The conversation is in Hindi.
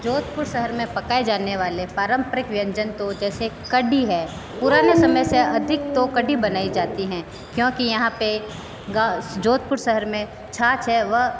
जोधपुर शहर में पकाए जाने वाले पारंपरिक व्यंजन तो जैसे कढ़ी है पुराने समय से अधिक तो कढ़ी बनाई जाती हैं क्योंकि यहाँ पे जोधपुर शहर में छाछ है वह